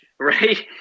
right